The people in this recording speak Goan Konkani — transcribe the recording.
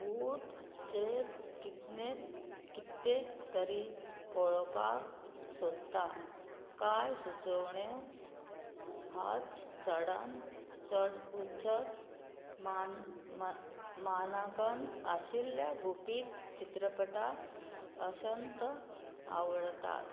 बूट चेर कितने कितले तरी पळोवपाक सोदता कांय सुचोवणें आज चडान चड उच्च मान मा मानांकन आशिल्ल्या गोपीत चित्रपटां अशंत आवडटात